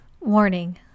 Warning